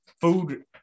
food